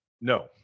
No